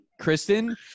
Kristen